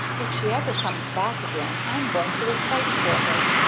if she ever comes back again, i'm going to recite for her,